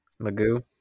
Magoo